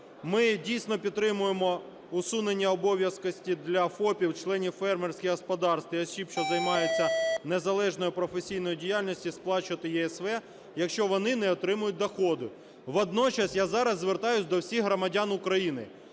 Ми, дійсно, підтримуємо усунення обов'язковості для ФОПів, членів фермерських господарств і осіб, що займаються незалежною професійною діяльністю, сплачувати ЄСВ, якщо вони не отримують доходу. Водночас я зараз звертаюсь до всіх громадян України: